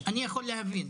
אני יכול להבין,